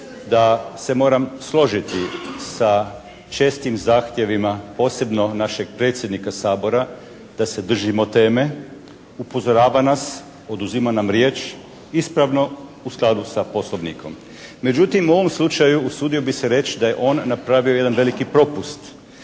da se moram složiti sa čestim zahtjevima posebno našeg predsjednika Sabora da se držimo teme. Upozorava nas, oduzima nam riječ ispravno u skladu sa Poslovnikom. Međutim u ovom slučaju usudio bih se reći da je on napravio jedan veliki propust